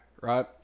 right